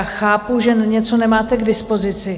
Chápu, že něco nemáte k dispozici.